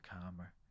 calmer